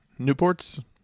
Newports